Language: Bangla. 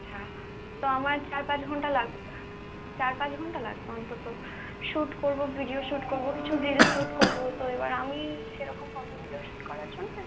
আচ্ছা তো আমার চার পাঁচ ঘন্টা লাগ চার পাঁচ ঘন্টা লাগবে অন্তত শুট করবো ভিডিও শুট করবো কিছু রিল্স শুট করবো তো এবার আমি সেরকম ফটো ভিডিও শুট করার জন্যে